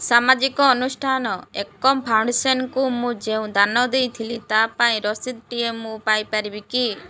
ସାମାଜିକ ଅନୁଷ୍ଠାନ ଏକମ୍ ଫାଉଣ୍ଡେସନକୁ ମୁଁ ଯେଉଁ ଦାନ ଦେଇଥିଲି ତା ପାଇଁ ରସିଦଟିଏ ମୁଁ ପାଇପାରିବି କି